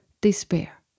despair